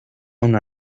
una